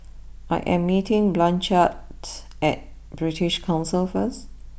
I am meeting Blanchard at British Council first